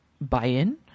buy-in